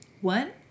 One